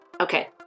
okay